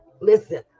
Listen